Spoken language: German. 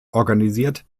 organisiert